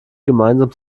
gemeinsam